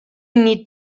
need